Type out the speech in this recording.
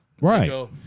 Right